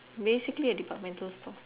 basically a departmental store